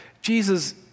Jesus